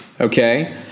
Okay